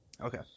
Okay